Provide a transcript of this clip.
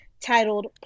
titled